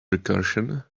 recursion